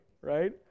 right